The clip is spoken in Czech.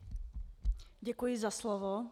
Děkuji za slovo.